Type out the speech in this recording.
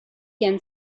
can